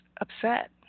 upset